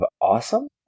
awesome